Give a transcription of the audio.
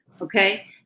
okay